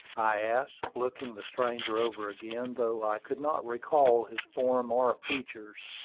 i asked, looking the stranger over again, though i could not recall his form or features.